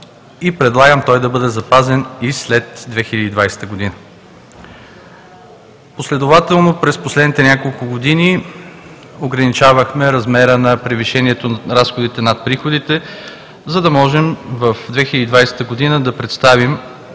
и предлагам той да бъде запазен и след 2020 г. Последователно през последните няколко години ограничавахме размера на превишението на разходите над приходите, за да можем в 2020 г. да представим